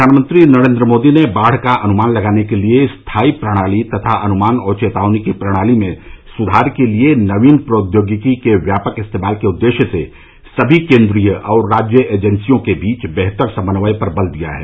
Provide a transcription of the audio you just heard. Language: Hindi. प्रधानमंत्री नरेन्द्र मोदी ने बाढ़ का अनुमान लगाने के लिए स्थायी प्रणाली तथा अनुमान और चेतावनी की प्रणाली में सुधार के लिए नवीन प्रौद्योगिकी के व्यापक इस्तेमाल के उद्देश्य से सभी केन्द्रीय और राज्य एजेंसियों के बीच बेहतर समन्वय पर बल दिया है